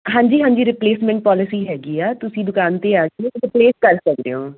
ਹਾਂਜੀ ਹਾਂਜੀ replacement policy ਹੈਗੀ ਆ ਤੁਸੀਂ ਦੁਕਾਨ 'ਤੇ ਆ ਕੇ ਰਿਪਲੇਸ ਕਰ ਸਕਦੇ ਹੋ